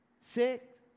Six